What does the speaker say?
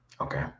Okay